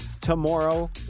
tomorrow